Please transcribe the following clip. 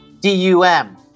D-U-M